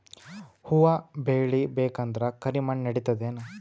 ಹುವ ಬೇಳಿ ಬೇಕಂದ್ರ ಕರಿಮಣ್ ನಡಿತದೇನು?